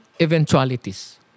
eventualities